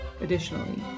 additionally